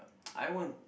I won't